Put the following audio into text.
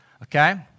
Okay